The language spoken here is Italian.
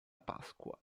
pasqua